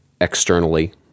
externally